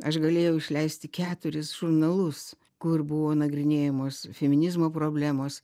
aš galėjau išleisti keturis žurnalus kur buvo nagrinėjamos feminizmo problemos